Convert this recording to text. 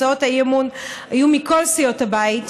הצעות האי-אמון היו מכל סיעות הבית.